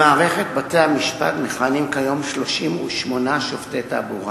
1. במערכת בתי-המשפט מכהנים כיום 38 שופטי תעבורה,